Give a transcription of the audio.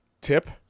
tip